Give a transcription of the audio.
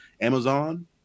amazon